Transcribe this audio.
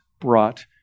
brought